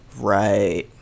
Right